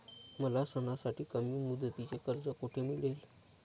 मला सणासाठी कमी मुदतीचे कर्ज कोठे मिळेल?